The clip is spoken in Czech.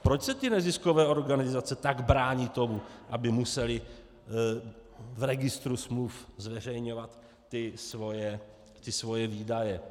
Proč se neziskové organizace tak brání tomu, aby musely v registru smluv zveřejňovat ty svoje výdaje?